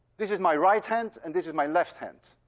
this is my right hand and this is my left hand.